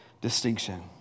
distinction